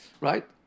Right